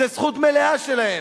זו זכות מלאה שלהם.